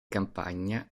campagna